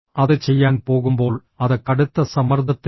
അത് ചെയ്യാൻ പോകുമ്പോൾ അത് കടുത്ത സമ്മർദ്ദത്തിലാണ്